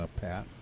Pat